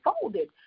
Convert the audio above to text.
folded